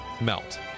melt